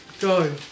Go